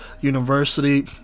University